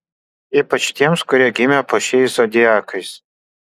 ypač tiems kurie gimė po šiais zodiakais